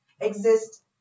Exist